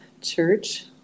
Church